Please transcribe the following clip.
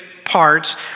Parts